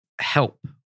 help